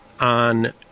on